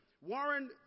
Warren